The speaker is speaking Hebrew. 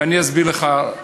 ואני אסביר לך,